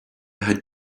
had